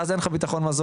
ואז אין לך ביטחון מזון,